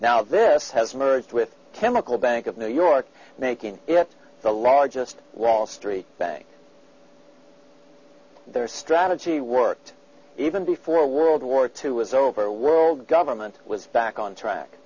now this has merged with chemical bank of new york making it the largest wall street bank their strategy worked even before world war two was over world government was back on track